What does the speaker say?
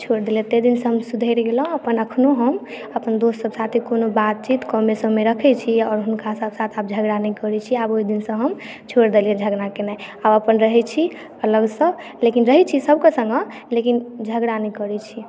छोड़ि देलियै ताहि दिन से हम सुधरि गेलहुॅं अपन अखनो हम अपन दोस्त सब साथे कोनो बातचीत कमे समे रखै छी आओर हुनका सब साथे आब झगड़ा नहि करै छी आब ओहि दिनसँ हम छोड़ि देलियै झगड़ा केनाइ आब अपन रहै छी अलगसँ लेकिन रहै छी सब के संगे लेकिन झगड़ा नहि करै छी